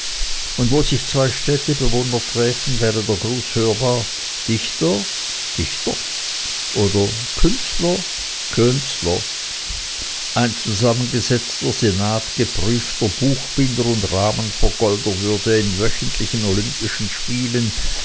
und wo sich zwei städtebewohner träfen wäre der gruß hörbar dichter dichter oder künstler künstler ein zusammengesetzter senat geprüfter buchbinder und rahmenvergolder würde in wöchentlichen olympischen spielen